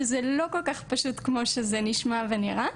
וזה לא כל כך פשוט כמו שזה נשמע ונראה,